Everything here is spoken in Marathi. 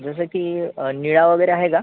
जसं की निळा वगैरे आहे का